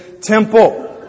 temple